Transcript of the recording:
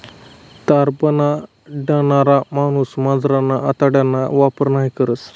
तार बनाडणारा माणूस मांजरना आतडाना वापर नयी करस